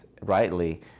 rightly